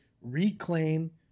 reclaim